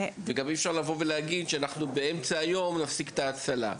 כך גם אי אפשר לומר שבאמצע היום נפסיק את ההצלה.